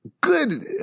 Good